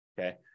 okay